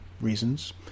reasons